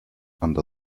under